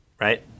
right